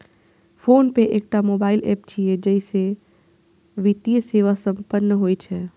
PhonePe एकटा mobile app छियै, जइसे वित्तीय सेवा संपन्न होइ छै